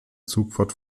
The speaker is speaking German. zugfahrt